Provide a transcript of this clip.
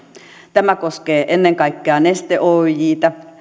tämä koskee ennen kaikkea neste oyjtä